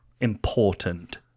important